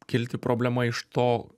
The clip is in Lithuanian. kilti problema iš to